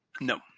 No